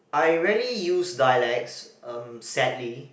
I rarely use dialects sadly